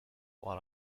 what